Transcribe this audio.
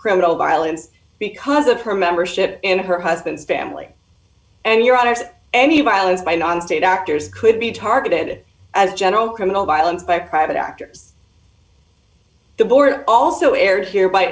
criminal violence because of her membership in her husband's family and your honor at any violence by non state actors could be targeted as general criminal violence by private actors the border also aired here by